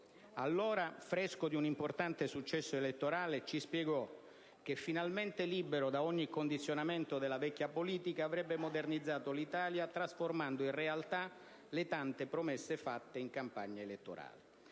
Allora, fresco di un importante successo elettorale, ci spiegò che, finalmente libero da ogni condizionamento della vecchia politica, avrebbe modernizzato l'Italia, trasformando in realtà le tante promesse fatte in campagna elettorale.